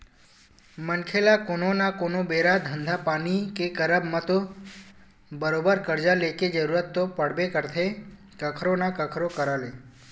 मनखे ल कोनो न कोनो बेरा धंधा पानी के करब म तो बरोबर करजा लेके जरुरत तो पड़बे करथे कखरो न कखरो करा ले